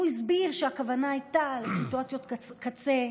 והוא הסביר שהכוונה הייתה לסיטואציות קצה.